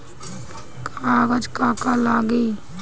कागज का का लागी?